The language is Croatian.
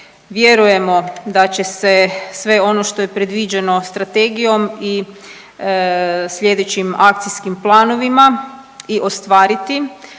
Vjerujemo da će se sve ono što je predviđeno strategijom i slijedećim akcijskim planovima i ostvariti,